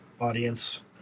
audience